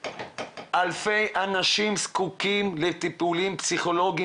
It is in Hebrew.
אלפי אנשים זקוקים לטיפולים פסיכולוגים